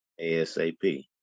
ASAP